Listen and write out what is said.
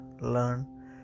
Learn